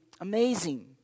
amazing